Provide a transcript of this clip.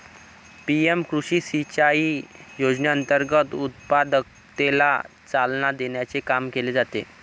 PM कृषी सिंचाई योजनेअंतर्गत उत्पादकतेला चालना देण्याचे काम केले जाते